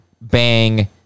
bang